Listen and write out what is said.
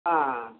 ஆ